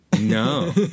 no